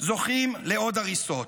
זוכים לעוד הריסות.